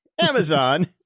Amazon